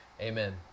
Amen